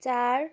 चार